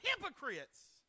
hypocrites